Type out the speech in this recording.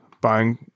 buying